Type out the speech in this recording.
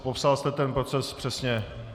Popsal jste ten proces přesně.